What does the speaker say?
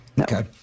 okay